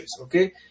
okay